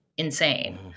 Insane